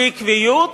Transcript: בעקביות,